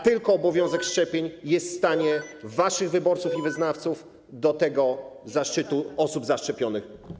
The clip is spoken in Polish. Tylko obowiązek szczepień jest w stanie waszych wyborców i wyznawców podnieść do rangi osób zaszczepionych.